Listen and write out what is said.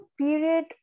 period